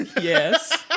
yes